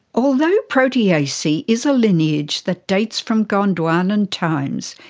although proteaceae is a lineage that dates from gondwanan times,